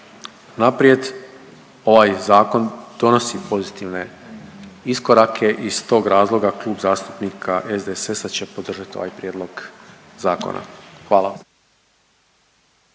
naprijed ovaj zakon donosi pozitivne iskorake i iz tog razloga Klub zastupnika SDSS-a će podržati ovaj prijedlog zakona. Hvala.